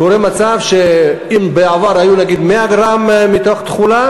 קורה מצב שאם בעבר היו נגיד 100 גרם תכולה,